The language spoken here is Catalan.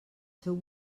seu